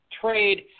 trade